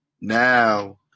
Now